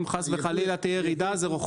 אם, חס וחלילה, תהיה ירידה, זה רוחבי.